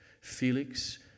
Felix